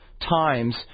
times